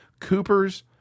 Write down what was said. Cooper's